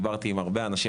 דיברתי עם הרבה אנשים,